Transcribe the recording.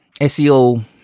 SEO